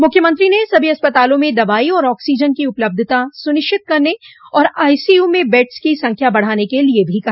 मुख्यमंत्री ने सभी अस्पतालों में दवाई और ऑक्सीजन की उपलब्धता सुनिश्चित करने और आईसीयू में बेड्स की संख्या बढ़ाने के लिए भी कहा